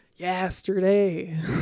yesterday